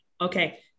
Okay